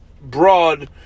broad